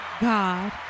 God